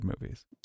movies